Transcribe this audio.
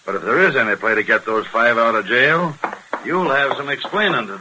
but there isn't a plan to get those five out of jail you'll have some explaining to